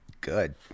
good